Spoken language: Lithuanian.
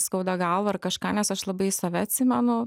skauda galvą ar kažką nes aš labai save atsimenu